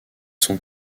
sont